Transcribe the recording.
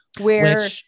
where-